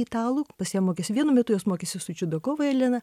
italų pas ją mokėsi vienu metu jos mokėsi su čiudakova jelena